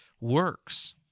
works